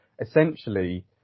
Essentially